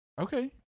Okay